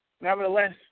Nevertheless